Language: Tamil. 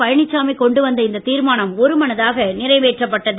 பழனிச்சாமி கொண்டு வந்த இந்த தீர்மானம் ஒருமனதாக நிறைவேற்றப்பட்டது